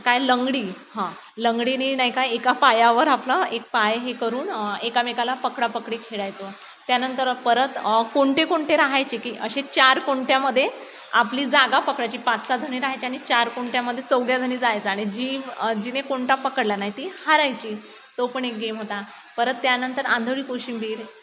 काय लंगडी हं लंगडीने नाही का एका पायावर आपलं एक पाय हे करून एकमेकाला पकडापकडी खेळायचो त्यानंतर परत कोणते कोणते राहायचे की असे चार कोणत्यामध्ये आपली जागा पकडायची पाच सहाजणी राहायच्या आणि चार कोणत्यामध्ये चौघीजणी जायचं आणि जी जिने कोणता पकडला नाही ती हारायची तो पण एक गेम होता परत त्यानंतर आंधळी कोशिंबीर